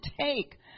take